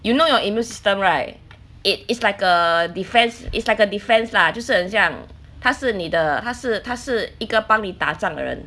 you know your immune system right it is like a defence it's like a defence lah 就是很像他是你的他是他是他是一个帮你打仗的人